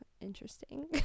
interesting